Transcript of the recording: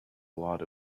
lot